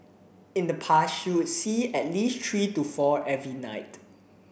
in the past she would see at least three to four every night